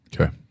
Okay